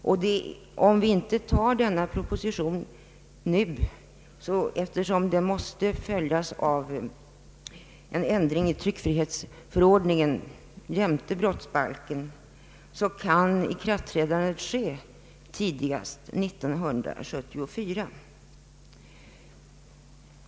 Om vi inte tar denna proposition nu så kan ikraftträdandet ske tidigast 1974, eftersom det måste bli en ändring av tryckfrihetsförordningen jämte brottsbalken.